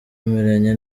bameranye